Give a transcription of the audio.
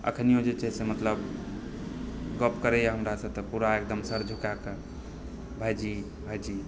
अखनिओ जे छै से मतलब गप करैया हमरासँ तऽ पूरा एकदम सर झुकाए कऽ भाईजी भाईजी